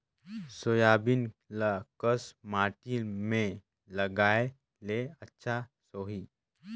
Soybean ल कस माटी मे लगाय ले अच्छा सोही?